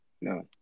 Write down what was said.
No